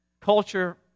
culture